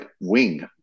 wing